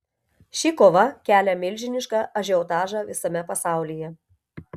ši kova kelia milžinišką ažiotažą visame pasaulyje